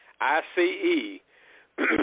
I-C-E